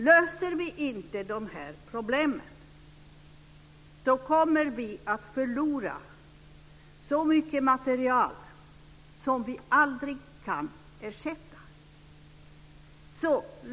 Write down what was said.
Löser vi inte de här problemen kommer vi att förlora mycket material som vi aldrig kan ersätta.